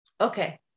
okay